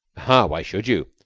ah! why should you?